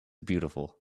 beautiful